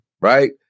right